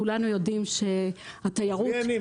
כולנו יודעים שהתיירות --- עזבי אני,